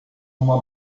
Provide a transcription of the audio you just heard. uma